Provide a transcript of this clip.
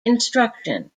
instruction